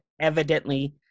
evidently